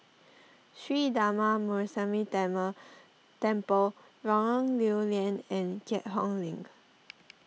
Sri Darma Muneeswaran Temple Lorong Lew Lian and Keat Hong Link